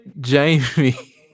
Jamie